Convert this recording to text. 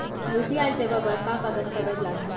UPI सेवा बर का का दस्तावेज लागही?